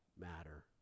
matter